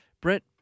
Brett